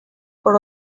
por